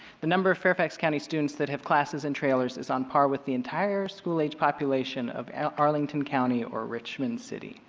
the number of fairfax county students that have have classes in trailers is on par with the entire school age population of arlington county or richmond city.